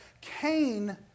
Cain